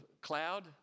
cloud